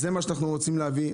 זה מה שאנחנו רוצים להביא.